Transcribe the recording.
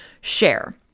share